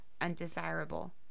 undesirable